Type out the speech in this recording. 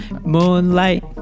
Moonlight